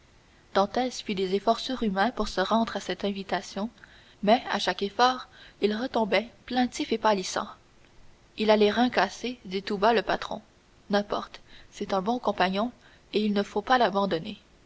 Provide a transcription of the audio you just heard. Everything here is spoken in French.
dantès fit des efforts surhumains pour se rendre à cette invitation mais à chaque effort il retombait plaintif et pâlissant il a les reins cassés dit tout bas le patron n'importe c'est un bon compagnon et il ne faut pas l'abandonner